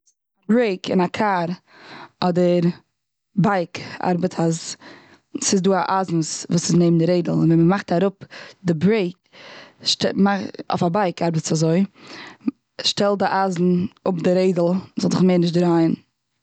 ברעיק און א קאר, אדער בייק, ארבעט אז ס'איז דא א אייזן וואס איז נעבן די רעדל און ווען מ'מאכט אראפ די ברעיק אויף א בייק ארבעט עס אזוי, שטעלט די אייזן אפ די רעדל אז ס'זאל זיך מער נישט דרייען.